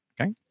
okay